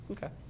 Okay